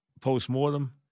postmortem